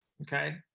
Okay